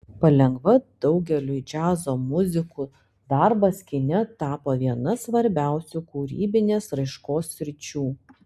palengva daugeliui džiazo muzikų darbas kine tapo viena svarbiausių kūrybinės raiškos sričių